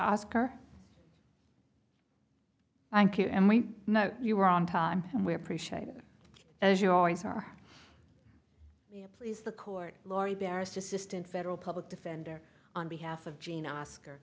asker thank you and we know you were on time and we appreciate it as you always are please the court laurie barrister assistant federal public defender on behalf of gina oscar